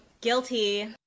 Guilty